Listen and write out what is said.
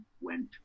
went